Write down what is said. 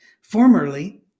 Formerly